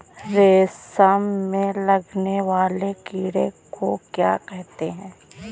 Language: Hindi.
रेशम में लगने वाले कीड़े को क्या कहते हैं?